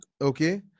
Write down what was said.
Okay